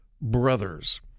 brothers